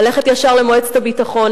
ללכת ישר למועצת הביטחון,